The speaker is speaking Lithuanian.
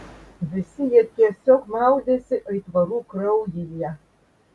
visi jie tiesiog maudėsi aitvarų kraujyje